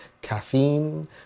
Caffeine